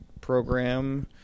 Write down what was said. program